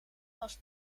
was